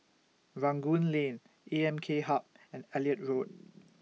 Rangoon Lane A M K Hub and Elliot Road